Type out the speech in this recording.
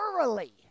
thoroughly